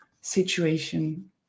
situation